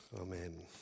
Amen